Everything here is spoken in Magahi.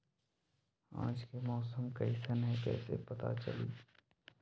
आज के मौसम कईसन हैं कईसे पता चली?